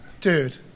Dude